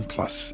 Plus